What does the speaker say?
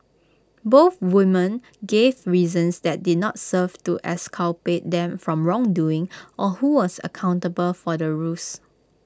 both women gave reasons that did not serve to exculpate them from wrongdoing or who was accountable for the ruse